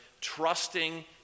trusting